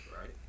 right